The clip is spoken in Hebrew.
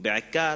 ובעיקר